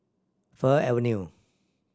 Fir Avenue